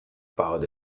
about